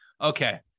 okay